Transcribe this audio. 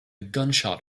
gunshot